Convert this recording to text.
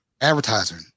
advertising